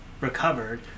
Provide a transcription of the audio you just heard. recovered